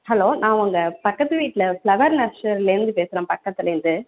hello நான் உங்கள் பக்கத்து வீட்டில் ஃப்ளவர் நர்சரிலேருந்து பேசுகிறேன் பக்கத்துலேருந்து